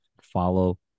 follow